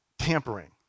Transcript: tampering